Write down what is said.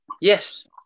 Yes